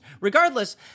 regardless